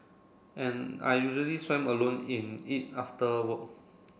and I usually swam alone in it after work